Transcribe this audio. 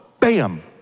Bam